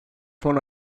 fon